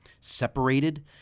separated